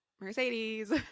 Mercedes